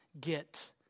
get